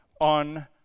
on